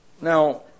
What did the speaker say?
Now